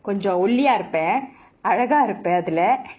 கொஞ்சம் ஒல்லியா இருப்பேன் அழகா இருப்பேன் அதுல:konjam olliyaa irupaen alagaa irupaen athula